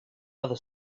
other